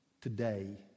today